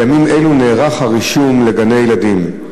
בימים אלו נערך הרישום לגני-ילדים.